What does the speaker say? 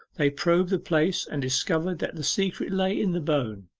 they probed the place, and discovered that the secret lay in the bone.